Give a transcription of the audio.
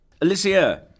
Alicia